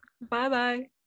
Bye-bye